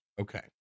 Okay